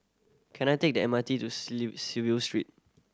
can I take the M R T to Street